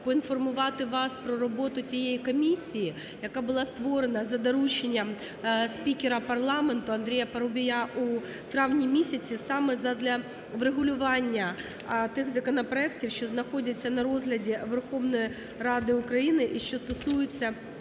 поінформувати вас про роботу тієї комісії, яка була створена за дорученням спікера парламенту Андрія Парубія у травні місяці саме задля врегулювання тих законопроектів, що знаходяться на розгляді Верховної Ради України і що стосуються